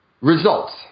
Results